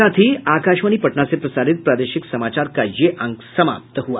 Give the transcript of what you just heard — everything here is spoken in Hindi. इसके साथ ही आकाशवाणी पटना से प्रसारित प्रादेशिक समाचार का ये अंक समाप्त हुआ